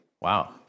Wow